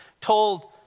told